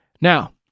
Now